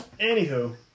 Anywho